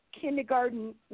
kindergarten